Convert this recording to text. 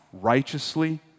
righteously